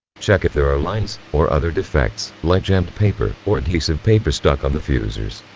check if there are lines, or other defects. like jammed paper, or adhesive paper stuck on the fusers.